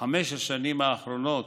בחמש השנים האחרונות